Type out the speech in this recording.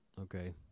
okay